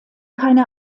keine